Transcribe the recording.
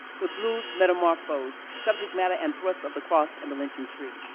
the blues metamorphosed subject matter and thrust of the cross and the lynching tree.